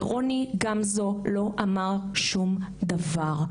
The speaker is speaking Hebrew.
ורוני גמזו לא אמר שום דבר.